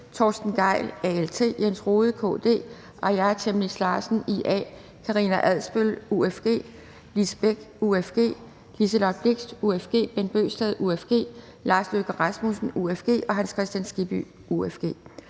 Torsten Gejl (ALT), Jens Rohde (KD), Aaja Chemnitz Larsen (IA), Karina Adsbøl (UFG), Lise Bech (UFG), Liselott Blixt (UFG), Bent Bøgsted (UFG), Lars Løkke Rasmussen (UFG) og Hans Kristian Skibby (UFG).